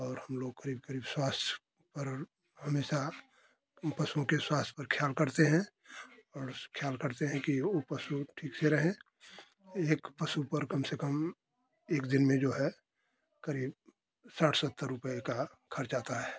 और हम लोग करीब करीब स्वास्थ्य पर हमेशा पशुओं के स्वास्थ्य पर ख्याल करते हैं और ख्याल करते हैं कि वो पशु ठीक से रहें एक पशु पर कम से कम एक दिन में जो है करीब साठ सत्तर रुपए का खर्च आता है